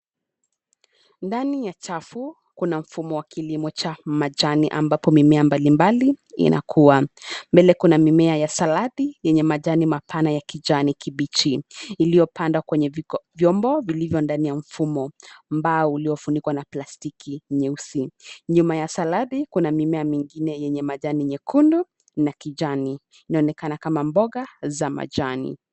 Ndani ya chafu, kuna mfumo wa kilimo cha majani ambapo mimea mbalimbali, inakua, mbele kuna mimea ya saladi yenye majani mapana ya kijani kibichi, iliyopandwa kwenye, vyombo vilivyo ndani ya mfumo, ambao uliofunikwa na plastiki nyeusi, nyuma ya saladi kuna mimea mingine yenye majani nyekundu, na kijani, inayoonekana kama mboga za majani.